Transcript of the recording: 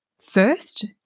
first